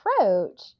approach